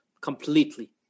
completely